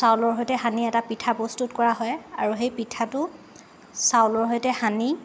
চাউলৰ সৈতে সানি এটা পিঠা প্ৰস্তুত কৰা হয় আৰু সেই পিঠাটো চাউলৰ সৈতে সানি